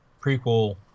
prequel